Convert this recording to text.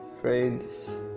Friends